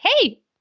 hey